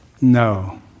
No